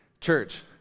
Church